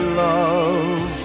love